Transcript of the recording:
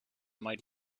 might